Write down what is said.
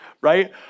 right